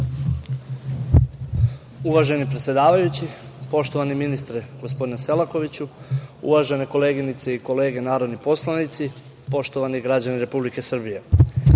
Uvaženi predsedavajući, uvaženi ministre gospodine Selakoviću, uvažene koleginice i kolege narodni poslanici, poštovani građani Republike Srbije,